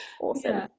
Awesome